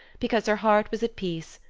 because her heart was at peace,